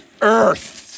earth